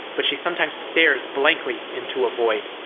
but she sometimes stares blankly into a void.